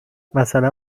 مثلا